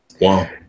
wow